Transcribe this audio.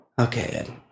Okay